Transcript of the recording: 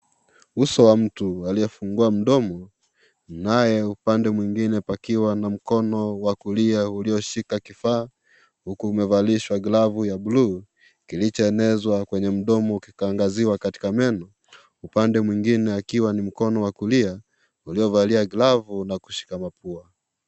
Uso wa mtu aliyefungua mdomo, naye upande mwingine pakiwa na mkono wa kulia ulioshika kifaa huku umevalishwa glavu ya bluu, kilichoenezwa kwenye mdomo kikaangaziwa katika meno. Upande mwingine akiwa ni mkono wa kulia, uliovalia glavu na kushika mapua.